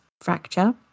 fracture